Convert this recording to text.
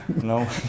No